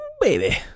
baby